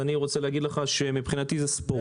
אני רוצה להגיד לך שמבחינתי זה ספורט.